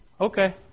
okay